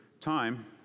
time